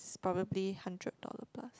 probably hundred dollar plus